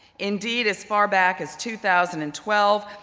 indeed as far back as two thousand and twelve,